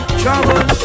trouble